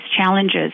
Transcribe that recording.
challenges